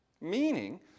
meaning